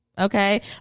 okay